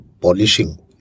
polishing